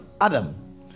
Adam